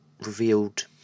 revealed